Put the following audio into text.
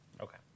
Okay